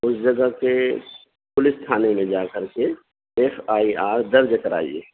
اس جگہ کے پولس تھانے میں جا کر کے ایف آئی آر درج کرائیے